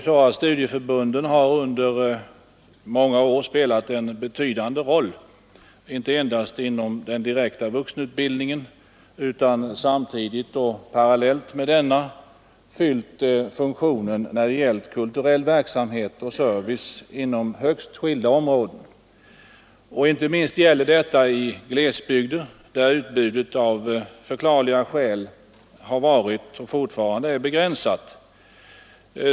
Studieförbunden har ju under många år spelat en betydande roll inte endast inom den direkta vuxenutbildningen utan samtidigt och parallellt med denna också fyllt funktionen att förmedla kulturell verksamhet och service inom högst skilda områden. Inte minst gäller detta i glesbygder där utbudet av förklarliga skäl har varit och fortfarande är begränsat.